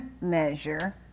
measure